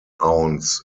ounce